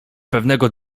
pewnego